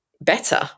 better